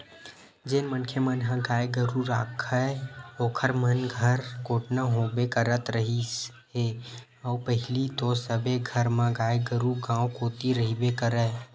जेन मनखे मन ह गाय गरु राखय ओखर मन घर कोटना होबे करत रिहिस हे अउ पहिली तो सबे घर म गाय गरु गाँव कोती रहिबे करय